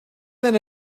than